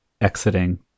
exiting